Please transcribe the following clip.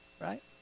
right